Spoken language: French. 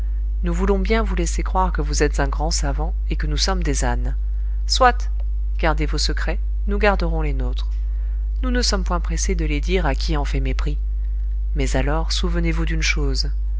nous voulons bien vous laisser croire que vous êtes un grand savant et que nous sommes des ânes soit gardez vos secrets nous garderons les nôtres nous ne sommes point pressés de les dire à qui en fait mépris mais alors souvenez-vous d'une chose